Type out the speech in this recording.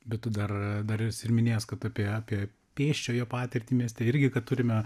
bet tu dar dar esi ir minėjęs kad apie apie pėsčiojo patirtį mieste irgi kad turime